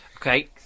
Okay